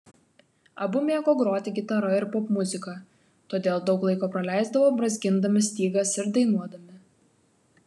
abu mėgo groti gitara ir popmuziką todėl daug laiko praleisdavo brązgindami stygas ir dainuodami